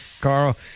Carl